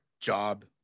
job